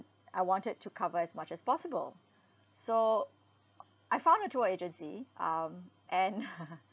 I wanted to cover as much as possible so I found a tour agency um and